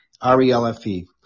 R-E-L-F-E